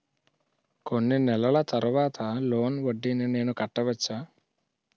కొన్ని నెలల తర్వాత లోన్ వడ్డీని నేను కట్టవచ్చా?